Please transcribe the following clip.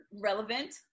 relevant